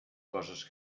coses